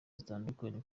zitandura